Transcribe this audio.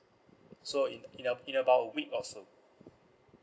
so in in a in about a week or so